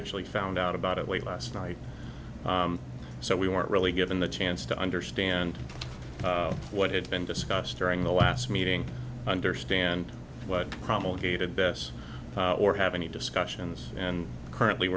actually found out about it late last night so we weren't really given the chance to understand what had been discussed during the last meeting understand what promulgated best or have any discussions and currently